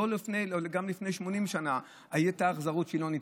גם לפני 80 שנה הייתה אכזריות שהיא לא נתפסת.